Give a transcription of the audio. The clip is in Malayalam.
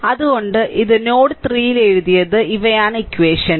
അതിനാൽ ഇത് നോഡ് 3 ൽ എഴുതിയത് ഇവയാണ് ഇക്വഷൻസ്